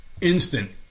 instant